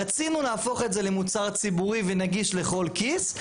רצינו להפוך את זה למוצר ציבורי ונגיש לכל כיס,